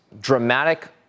dramatic